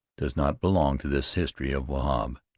does not belong to this history of wahb.